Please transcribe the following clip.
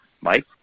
Mike